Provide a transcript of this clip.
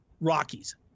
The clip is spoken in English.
Rockies